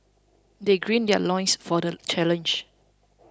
they gird their loins for the challenge